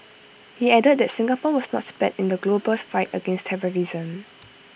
he added that Singapore was not spared in the global's fight against terrorism